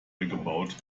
gebaut